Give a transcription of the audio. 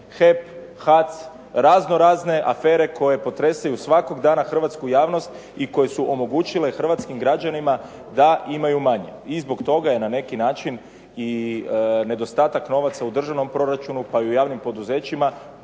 HEP, HAC, raznorazne afere koje potresaju svakog dana hrvatsku javnosti i koje su omogućile hrvatskim građanima da imaju manje. I zbog toga je na neki način i nedostatak novaca u državnom proračunu, pa i u javnim poduzećima,